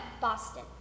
Boston